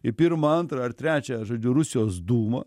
į pirmą antrą ar trečią žodžiu rusijos dūmą